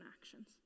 actions